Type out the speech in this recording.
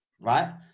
right